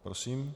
Prosím.